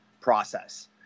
process